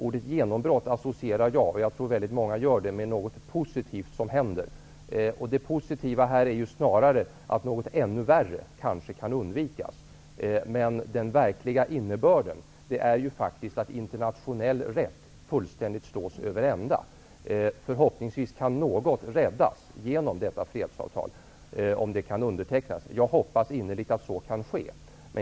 Ordet genombrott associerar jag -- jag tror att väldigt många gör det -- med något positivt som händer. Det positiva här är ju snarare att något ännu värre kanske kan undvikas. Den verkliga innebörden är faktiskt att internationell rätt fullständigt slås över ända. Förhoppningsvis kan något räddas genom detta fredsavtal, om det kan undertecknas. Jag hoppas innerligt att så kan ske.